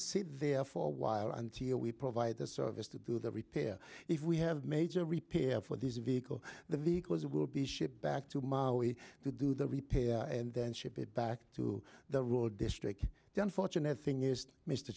sit there for a while until we provide the service to do the repair if we have major repair for this vehicle the vehicles will be shipped back to maui to do the repairs and then ship it back to the road district to unfortunate thing is mr